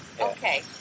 okay